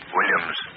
Williams